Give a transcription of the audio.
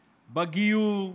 בגיור,